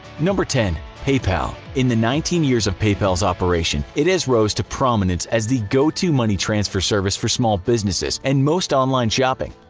number ten. paypal. in the nineteen years of paypal's operation, it has rose to prominence as the go to money transfer service for small business and most online shopping.